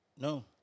No